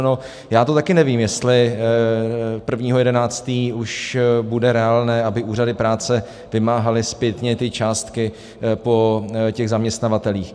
No, já to taky nevím, jestli 1. 11. už bude reálné, aby úřady práce vymáhaly zpětně ty částky po těch zaměstnavatelích.